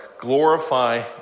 Glorify